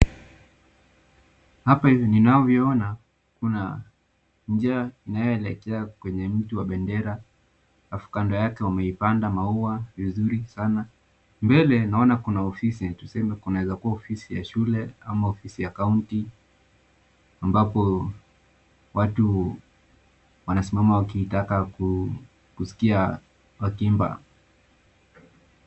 Hapa hivi ninavyoona kuna njia inayoelekea kwenye mti wa bendera halafu kando yake wameipanda maua vizuri sana. Mbele naona kuna ofisi tuseme kunaweza kuwa ofisi ya shule ama ofisi ya county ambapo watu wanasimama wakitaka kuskia wakiimba.